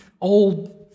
old